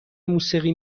موسیقی